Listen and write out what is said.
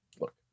look